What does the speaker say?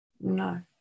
No